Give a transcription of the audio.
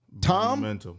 Tom